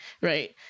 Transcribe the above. right